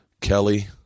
Kelly